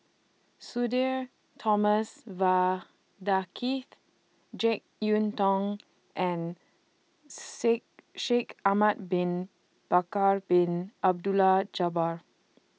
Sudhir Thomas Vadaketh Jek Yeun Thong and Sick Shaikh Ahmad Bin Bakar Bin Abdullah Jabbar